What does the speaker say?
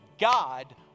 God